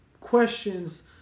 questions